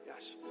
Yes